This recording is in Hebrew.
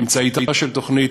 אמצעיתה של תוכנית,